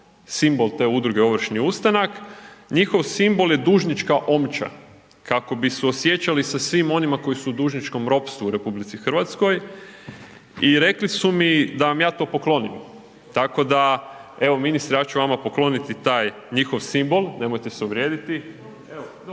simbol te udruge Ovršni ustanak. Njihov simbol je dužnička omča kako bi suosjećali sa svima onima koji su u dužničkom ropstvu u RH i rekli su mi da vam ja to poklonim, tako da, evo, ministre, ja ću vama pokloniti taj simbol, nemojte se uvrijediti.